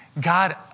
God